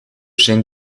zijn